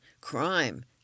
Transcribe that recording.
Crime